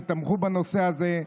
שתמכו בנושא הזה,